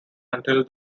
until